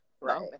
Right